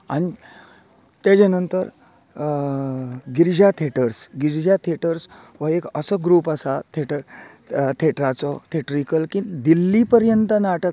आनी तेज्या नंतर गिरिजा थेटर्स गिरिजा थेटर्स हो एक असो ग्रूप आसा थेटर थेटराचो थेटरीकल दिल्ली पर्यंत नाटक